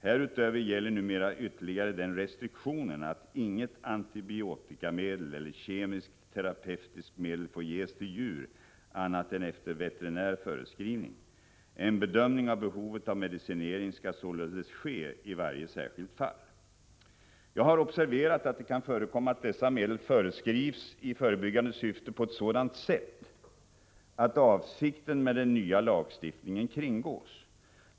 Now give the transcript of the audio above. Härutöver gäller numera ytterligare den restriktionen att inget antibiotikamedel eller kemiskt terapeutiskt medel får ges till djur annat än efter veterinär förskrivning. En bedömning av behovet av medicinering skall således ske i varje särskilt fall. Jag har observerat att det kan förekomma att dessa medel förskrivs i förebyggande syfte på ett sådant sätt att avsikten med den nya lagstiftningen kringgås.